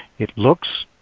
it looks,